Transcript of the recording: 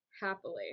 happily